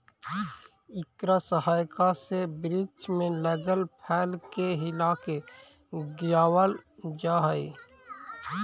इकरा सहायता से वृक्ष में लगल फल के हिलाके गिरावाल जा हई